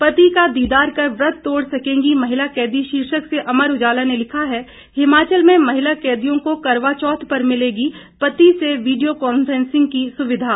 पति का दीदार कर व्रत तोड़ सकेंगी महिला कैदी शीर्षक से अमर उजाला ने लिखा है हिमाचल में महिला कैदियों को करवा चौथ पर मिलेगी पति से वीडियो कांफेंसिंग की सुविधा